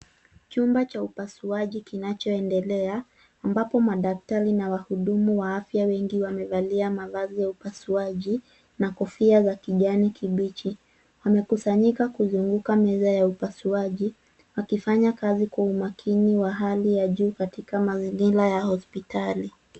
Chumba cha upasuaji kinacho endelea, ambapo madaktari na wahudumu wa afya wengi wamevalia mavazi ya upasuaji na kofia za kijani kibichi. Wamekusanyika kuzunguka meza ya upasuaji, wakifanya kazi kwa umakini wa hali ya juu katika mazingira ya hospitali.